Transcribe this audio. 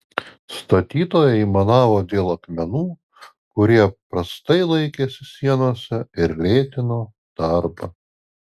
statytojai aimanavo dėl akmenų kurie prastai laikėsi sienose ir lėtino darbą